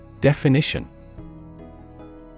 Definition